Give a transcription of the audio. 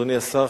אדוני השר,